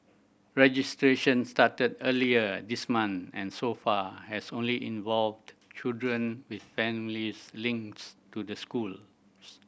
registration started earlier this month and so far has only involved children with families links to the schools